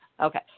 Okay